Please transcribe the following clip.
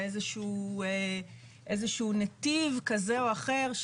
באיזשהו נתיב כזה או אחר,